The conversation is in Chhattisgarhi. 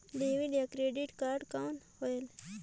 डेबिट या क्रेडिट कारड कौन होएल?